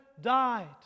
died